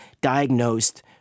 diagnosed